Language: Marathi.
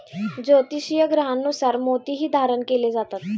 ज्योतिषीय ग्रहांनुसार मोतीही धारण केले जातात